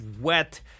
wet